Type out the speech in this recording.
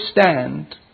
stand